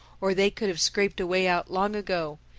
or they could have scraped a way out long ago.